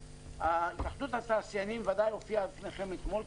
התאחדות התעשיינים ודאי הופיעה בפניכם אתמול,